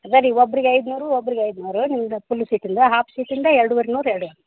ಇದೇರಿ ಒಬ್ಬರಿಗೆ ಐನೂರು ಒಬ್ರಿಗೆ ಐನೂರು ನಿಮ್ದು ಫುಲ್ ಸೀಟಿಂದು ಹಾಫ್ ಸೀಟಿಂದು ಎರಡೂವರೆ ನೂರು ಎರಡೂವರೆ ನೂರು